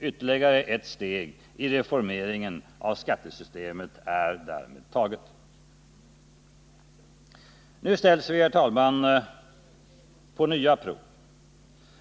Ytterligare ett steg i reformeringen av skattesystemet är därmed taget. Nu ställs vi, herr talman, på nya prov.